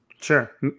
Sure